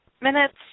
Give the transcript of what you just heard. minutes